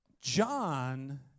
John